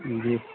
جی